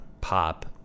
pop